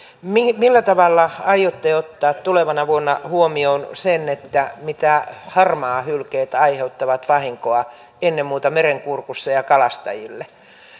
millä tavalla aiotte ottaa tulevana vuonna huomioon sen mitä harmaahylkeet aiheuttavat vahinkoa ennen muuta merenkurkussa ja kalastajille